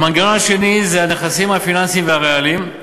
המנגנון השני זה הנכסים הפיננסיים והריאליים,